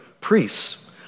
priests